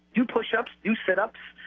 do push ups, do sit ups,